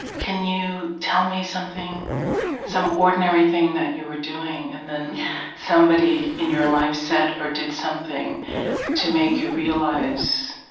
can you tell me some ordinary thing that you were doing, and then somebody in your life said or did something to make you realize,